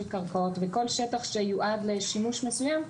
קרקעות וכל שטח שיועד לשימוש מסוים,